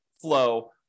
flow